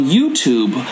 YouTube